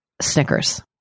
Snickers